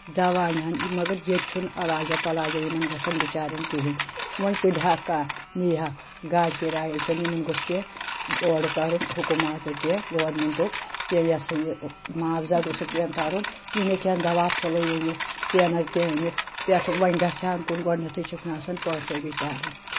دوہ اَنہن مگر ییٚتہِ چھُنہٕ علاجہ پَلاجا یِمن گژھان بِچارؠن کِہیٖنۍ وۄنۍ تُلہِ ہا کانٛہہ نہِ ہاکھ گاڑِ کِرایہ یِمن گوٚژھ کینٛہہ اورٕ ترُن حُکماتُک کینٛہہ گورمنٹُک کہِ یہِ ہسا یہِ معوزا گوٚژھ کینٛہہ تَرُن یِم ہیٚکہِ ہن دوہ پھلُوے أنِتھ کینٛہہ نہ تہٕ کینٛہہ أنِتھ پؠٹھٕ وۄنۍ گژھِ ہن کُن گۄڈنیٚتھٕے چھکھ نہٕ آسان پٲنٛسے بِچارؠن